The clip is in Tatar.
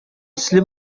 төсле